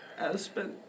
Aspen